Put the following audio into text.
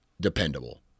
dependable